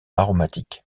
aromatiques